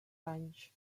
anys